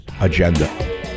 agenda